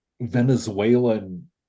Venezuelan